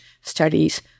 studies